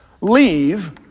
Leave